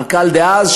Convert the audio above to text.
המנכ"ל דאז,